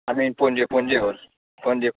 आयमीन पणजे पणजे व्हर पणजे